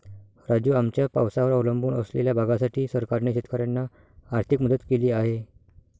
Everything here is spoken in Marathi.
राजू, आमच्या पावसावर अवलंबून असलेल्या भागासाठी सरकारने शेतकऱ्यांना आर्थिक मदत केली आहे